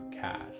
cast